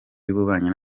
y’ububanyi